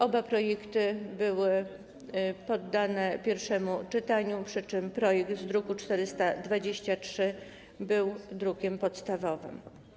Oba projekty były poddane pierwszemu czytaniu, przy czym projekt z druku nr 423 był drukiem podstawowym.